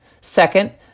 Second